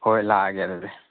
ꯍꯣꯏ ꯂꯥꯛꯑꯒꯦ ꯑꯗꯨꯗꯤ